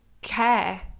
care